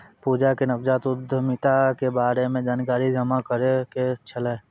पूजा के नवजात उद्यमिता के बारे मे जानकारी जमा करै के छलै